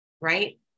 right